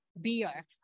beer